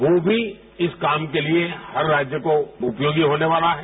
वो भी इस काम के लिए हर राज्य को उपयोगी होने वाला है